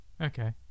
okay